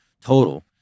total